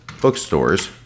bookstores